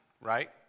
right